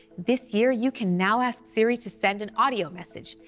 this year, you can now ask siri to send an audio message,